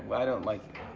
i don't like